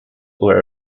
were